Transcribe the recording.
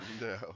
No